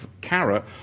carrot